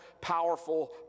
powerful